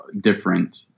different